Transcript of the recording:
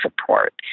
support